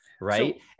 right